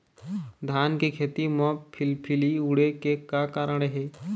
धान के खेती म फिलफिली उड़े के का कारण हे?